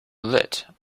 lit